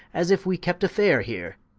as if we kept a faire heere?